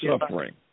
suffering